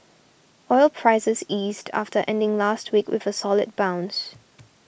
oil prices eased after ending last week with a solid bounce